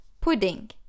pudding